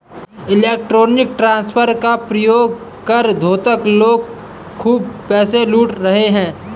electronic transfer का उपयोग कर धूर्त लोग खूब पैसे लूट रहे हैं